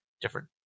different